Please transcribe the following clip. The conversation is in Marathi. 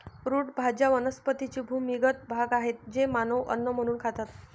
रूट भाज्या वनस्पतींचे भूमिगत भाग आहेत जे मानव अन्न म्हणून खातात